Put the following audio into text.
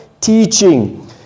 teaching